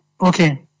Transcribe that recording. Okay